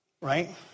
Right